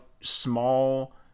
small